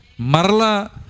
Marla